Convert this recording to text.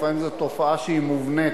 לפעמים זו תופעה שהיא מובנית.